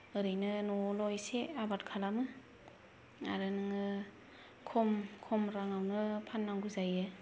ओरैनो न'आवल' इसे आबाद खालामो आरो नोङो खम खम राङावनो फाननांगौ जायो